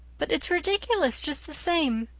but it's ridiculous just the same.